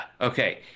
okay